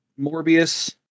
morbius